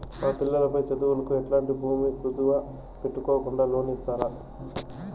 మా పిల్లలు పై చదువులకు ఎట్లాంటి భూమి కుదువు పెట్టుకోకుండా లోను ఇస్తారా